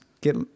get